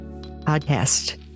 podcast